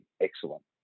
excellent